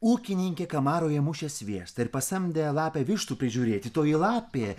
ūkininkė kamaroje mušė sviestą ir pasamdė lapę vištų prižiūrėti toji lapė